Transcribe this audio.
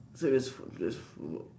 so just fo~ just four more